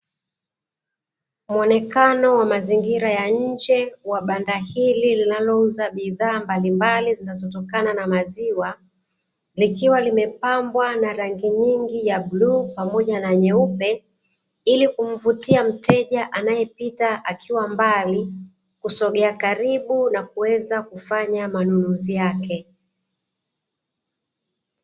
Muonekano wa mazingira ya nje wa banda hili linalouza bidhaa mbalimbali zinazotokana na maziwa, likiwa limepambwa na rangi nyingi ya bluu pamoja na nyeupe, ili kumvutia mteja anayepita akiwa mbali, kusogea karibu na kuweza kufanya manunuzi yake.